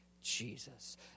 Jesus